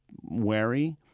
wary